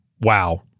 wow